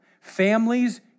Families